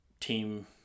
team